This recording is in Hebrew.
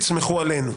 סמכו עלינו.